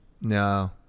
No